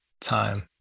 time